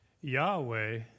Yahweh